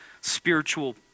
spiritual